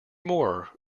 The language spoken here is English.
more